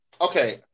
Okay